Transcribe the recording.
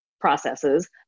processes